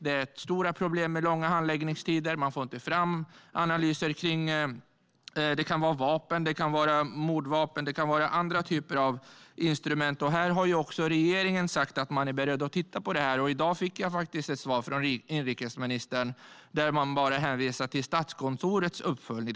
Det är stora problem med långa handläggningstider. Man får inte fram analyser. Det kan gälla vapen. Det kan gälla mordvapen. Det kan gälla andra typer av instrument. Regeringen har sagt att man är beredd att titta på det här, och i dag fick jag faktiskt ett svar från inrikesministern där det bara hänvisas till Statskontorets uppföljning.